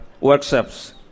workshops